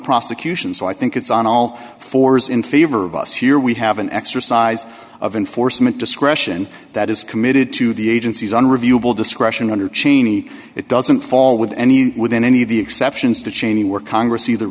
prosecution so i think it's on all fours in favor of us here we have an exercise of enforcement discretion that is committed to the agency's unreviewable discretion under cheney it doesn't fall with any within any of the exceptions to cheney were congress eithe